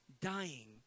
dying